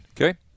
Okay